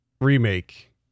remake